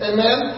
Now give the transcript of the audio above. Amen